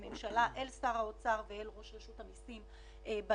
לממשלה אל שר האוצר ואל ראש רשות המסים בנושא.